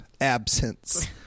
absence